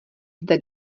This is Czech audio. zde